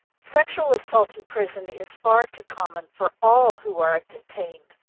sexual assault in prison is far too common for all who are detained.